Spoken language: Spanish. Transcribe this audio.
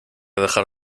dejar